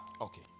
okay